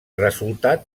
resultat